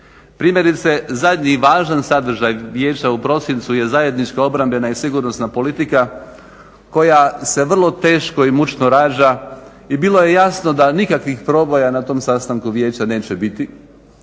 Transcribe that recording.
Primjerice zadnji važan sadržaj Vijeća u prosincu je zajednička obrambena i sigurnosna politika koja se vrlo teško i mučno rađa i bilo je jasno da nikakvih proboja na tom sastanku Vijeća neće biti